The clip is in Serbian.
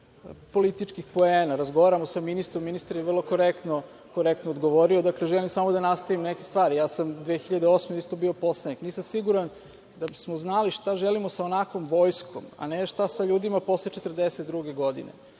političkih poena. Razgovaramo sa ministrom. Ministar je vrlo korektno odgovorio. Dakle, želim samo da nastavim neke stvari. Godine 2008. sam isto bio poslanik. Nisam siguran da bismo znali šta želimo sa onakvom vojskom, a ne šta sa ljudima posle 42. godine.